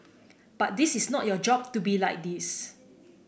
but this is not your job to be like this